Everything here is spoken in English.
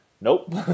nope